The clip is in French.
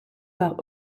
par